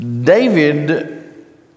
David